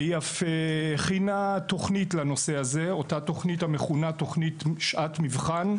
והיא אף הכינה תוכנית לנושא הזה אותה תוכנית המכונה "שעת מבחן",